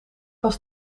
was